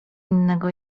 innego